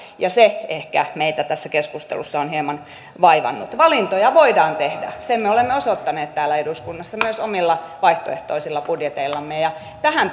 ja se ehkä meitä tässä keskustelussa on hieman vaivannut valintoja voidaan tehdä sen me olemme osoittaneet täällä eduskunnassa myös omilla vaihtoehtoisilla budjeteillamme tähän